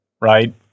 right